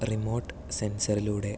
remote സെൻസറിലൂടെ